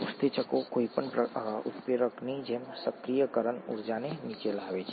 ઉત્સેચકો કોઈપણ ઉત્પ્રેરકની જેમ સક્રિયકરણ ઊર્જાને નીચે લાવે છે